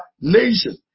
nation